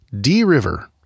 D-River